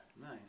nice